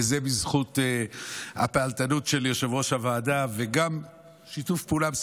וזה בזכות הפעלתנות של יושב-ראש הוועדה וגם שיתוף פעולה של הממשלה,